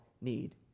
need